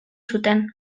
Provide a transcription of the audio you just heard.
zuten